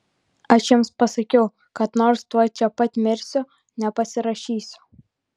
aš jiems pasakiau kad nors tuoj čia pat mirsiu nepasirašysiu